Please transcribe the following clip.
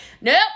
Nope